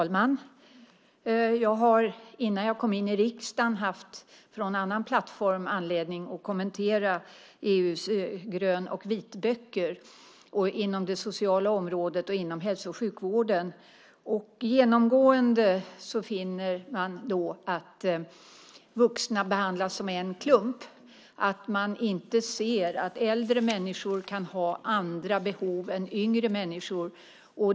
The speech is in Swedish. Herr talman! Innan jag kom in i riksdagen hade jag från en annan plattform anledning att kommentera EU:s grön och vitböcker inom det sociala området och inom hälso och sjukvården. Genomgående finner man att vuxna behandlas som en klump. Man ser inte att äldre människor kan ha andra behov än yngre människor.